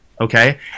Okay